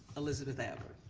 elizabeth albert.